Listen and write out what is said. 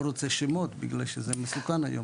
לא רוצה שמות בגלל שזה מסוכן היום,